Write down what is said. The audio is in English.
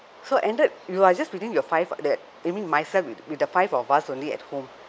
so end up you are just within your five that I mean myself with with the five of us only at home